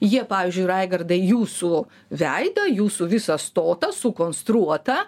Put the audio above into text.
jie pavyzdžiui raigardai jūsų veidą jūsų visą stotą sukonstruotą